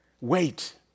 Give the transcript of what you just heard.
Wait